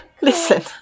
Listen